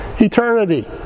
eternity